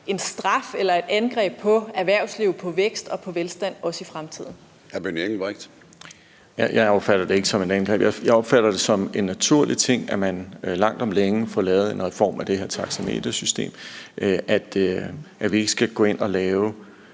Hr. Benny Engelbrecht. Kl. 09:30 Benny Engelbrecht (S): Jeg opfatter det ikke som et angreb. Jeg opfatter det som en naturlig ting, at man langt om længe får lavet en reform af det her taxametersystem, så vi ikke skal gå ind og lave